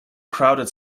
crowded